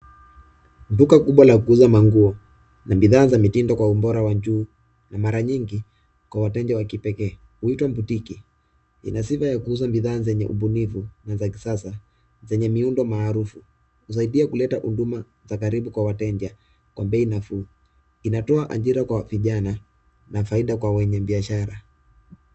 Duka kubwa la kuuza manguo na bidhaa za mitindo kwa ubora wa juu na mara nyingi kwa wateja wa kipekee. Wito butiki ina sifa ya kuuza bidhaa zenye ubunifu na za kisasa zenye miundo maarufu. Husaidia kuleta huduma za karibu kwa wateja kwa bei nafuu. Inatoa ajira kwa vijana na faida kwa wenye biashara.